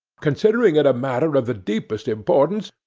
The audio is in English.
considering it a matter of the deepest importance,